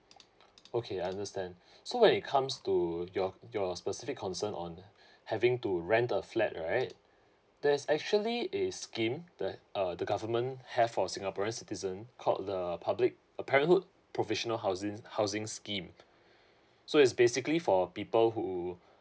okay I understand so when it comes to your your specific concern on having to rent a flat right there is actually a scheme the uh the government have for singaporean citizen called the public uh parenthood provisional housin~ housing scheme so it's basically for people who